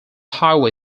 highway